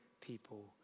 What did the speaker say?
people